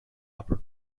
upper